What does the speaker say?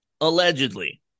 Allegedly